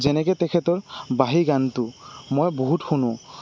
যেনেকে তেখেতৰ বাাঁহী গানটো মই বহুত শুনো